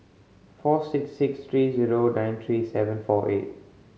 four six six three zero nine three seven four eight